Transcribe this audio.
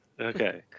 Okay